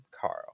carl